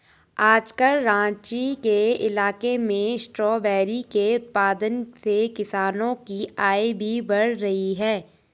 आजकल राँची के इलाके में स्ट्रॉबेरी के उत्पादन से किसानों की आय भी बढ़ रही है